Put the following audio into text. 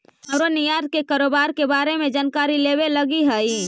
हमरो निर्यात के कारोबार के बारे में जानकारी लेबे लागी हई